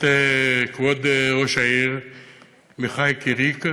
כבוד ראש העיר מיכאי קיריקה,